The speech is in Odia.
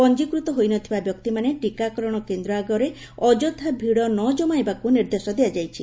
ପଞିକୃତ ହୋଇନଥିବା ବ୍ୟକ୍ତିମାନେ ଟିକାକରଣ କେନ୍ ଆଗରେ ଅଯଥା ଭିଡ଼ ନ ଜମାଇବାକୁ ନିର୍ଦ୍ଦେଶ ଦିଆଯାଇଛି